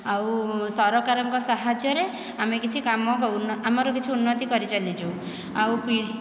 ଆଉ ସରକାରଙ୍କ ସାହାଯ୍ୟରେ ଆମେ କିଛି କାମ କରୁ ଆମର କିଛି ଉନ୍ନତି କରି ଚାଲିଛୁ ଆଉ